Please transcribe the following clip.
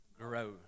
grow